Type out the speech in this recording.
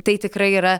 tai tikrai yra